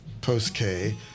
post-K